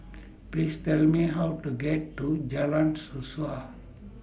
Please Tell Me How to get to Jalan Suasa